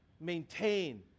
maintain